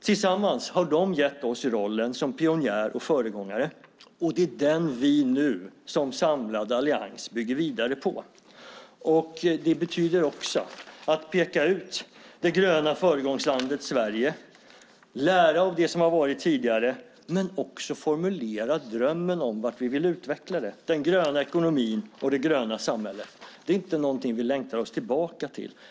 Tillsammans har de gett Sverige rollen som pionjär och föregångare, och det är den vi nu som samlad allians bygger vidare på. Det betyder också att peka ut det gröna föregångslandet Sverige, att lära av det som har varit tidigare men också att formulera drömmen om vart vi vill utveckla den gröna ekonomin och det gröna samhället. Det är inte någonting vi längtar tillbaka till.